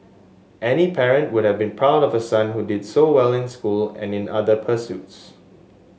any parent would have been proud of a son who did so well in school and in other pursuits